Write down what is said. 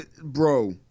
Bro